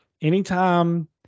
anytime